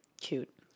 Cute